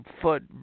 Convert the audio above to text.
foot